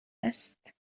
است